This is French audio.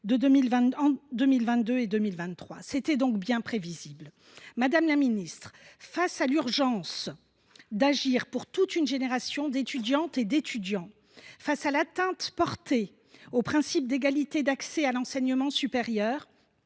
en 2022 et 2023 ». C’était donc bien prévisible. Madame la ministre, face à l’urgence d’agir pour toute une génération d’étudiantes et d’étudiants, face à l’atteinte portée au principe d’égalité d’accès à l’enseignement supérieur,